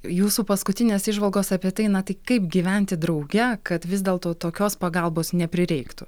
jūsų paskutinės įžvalgos apie tai na tai kaip gyventi drauge kad vis dėlto tokios pagalbos neprireiktų